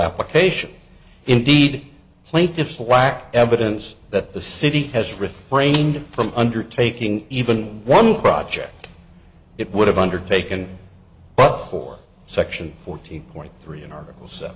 application indeed plaintiffs a lack evidence that the city has refrained from undertaking even one project it would have undertaken but for section fourteen point three an article so